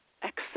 accept